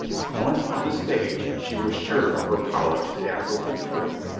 once on the stage, she was sure of her power to dazzle and thrill.